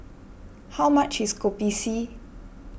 how much is Kopi C